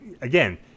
again